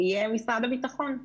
יהיה משרד הביטחון.